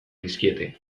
dizkiete